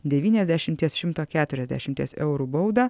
devyniasdešimties šimto keturiasdešimties eurų baudą